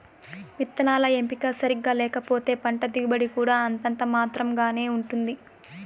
విత్తనాల ఎంపిక సరిగ్గా లేకపోతే పంట దిగుబడి కూడా అంతంత మాత్రం గానే ఉంటుంది